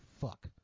fuck